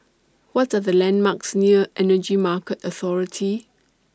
What Are The landmarks near Energy Market Authority